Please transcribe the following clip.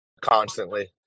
constantly